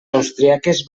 austríaques